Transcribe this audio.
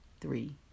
three